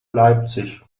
leipzig